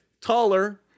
taller